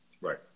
Right